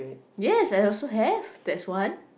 yes I also have that's one